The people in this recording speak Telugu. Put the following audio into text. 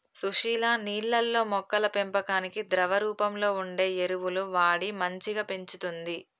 సుశీల నీళ్లల్లో మొక్కల పెంపకానికి ద్రవ రూపంలో వుండే ఎరువులు వాడి మంచిగ పెంచుతంది